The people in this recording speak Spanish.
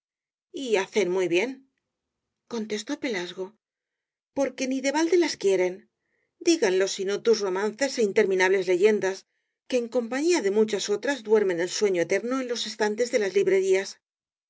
y hacen muy bien contestó pelasgo porque ni de balde las quieren díganlo si no tus romances é interminables leyendas que en compañía de muchas otras duermen el sueño eterno en los estantes de las librerías